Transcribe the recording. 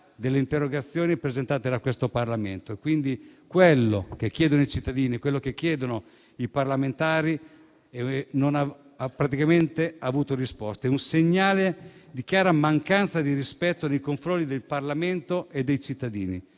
delle interrogazioni presentate da questo Parlamento. Quello che chiedono i cittadini e i parlamentari non ha praticamente avuto risposte; è un segnale di chiara mancanza di rispetto nei confronti del Parlamento e dei cittadini.